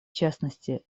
частности